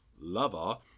lover